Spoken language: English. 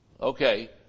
Okay